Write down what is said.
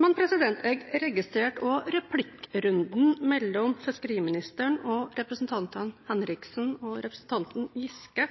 Men jeg registrerte også replikkrunden mellom fiskeriministeren og representantene Martin Henriksen og Trond Giske,